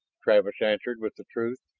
travis answered with the truth.